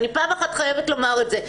אני פעם אחת חייבת לומר את זה,